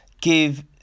give